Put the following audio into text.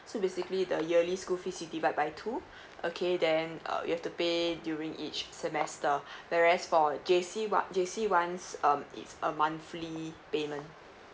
so basically the yearly school fees you divide by two okay then uh you have to pay during each semester whereas for J_C what J_C ones um it's uh monthly payment